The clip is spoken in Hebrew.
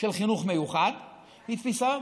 אכן הרפורמה של החינוך המיוחד היא חלק מחוק חינוך.